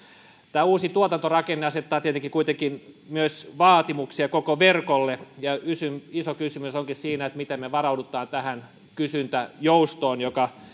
tämä uusi tuotantorakenne asettaa tietenkin kuitenkin myös vaatimuksia koko verkolle ja iso kysymys onkin siinä miten me varaudumme tähän kysyntäjoustoon